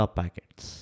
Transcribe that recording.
packets